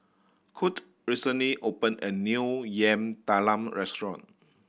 Kurt recently opened a new Yam Talam restaurant